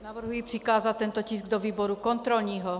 Navrhuji přikázat tento tisk do výboru kontrolního.